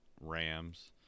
Rams